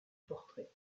portrait